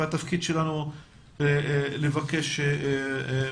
והתפקיד שלנו הוא לבקש פתרונות.